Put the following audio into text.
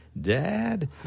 dad